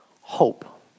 hope